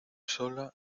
sola